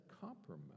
compromise